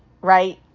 right